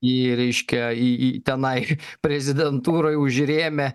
į reiškia į į tenai prezidentūroj užrėmę